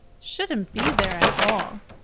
shouldn't be there at all!